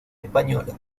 española